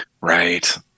Right